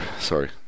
Sorry